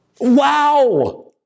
Wow